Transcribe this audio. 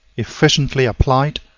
efficiently applied,